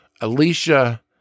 Alicia